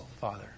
Father